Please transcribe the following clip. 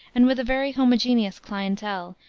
and with a very homogeneous clientele,